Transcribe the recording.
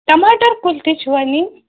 ٹماٹَر کُلۍ تہِ چھِوٕ ننۍ